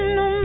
no